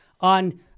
on